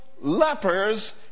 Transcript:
lepers